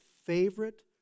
Favorite